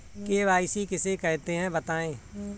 KYC किसे कहते हैं बताएँ?